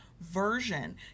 version